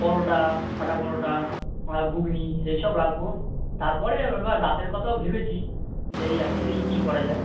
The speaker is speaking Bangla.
পরোটা ফাটা পরোটা আর ঘুগনি এই সব রাখব তারপরে রাতের কথাও ভেবেছি যে এই এখন দেখি কী করা যায়